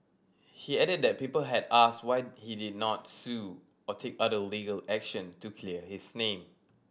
he added that people had asked why he did not sue or take other legal action to clear his name